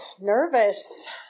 nervous